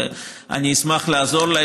ואני אשמח לעזור לה,